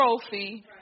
trophy